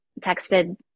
texted